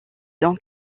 donc